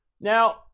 now